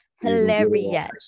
Hilarious